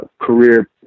career